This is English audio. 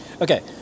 Okay